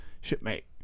shipmate